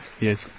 Yes